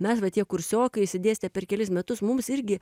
mes va tie kursiokai išsidėstę per kelis metus mums irgi